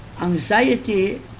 Anxiety